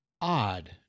odd